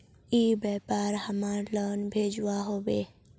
ई व्यापार हमार लोन भेजुआ हभे?